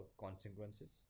consequences